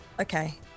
Okay